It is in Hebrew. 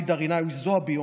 ג'ידא רינאוי זועבי,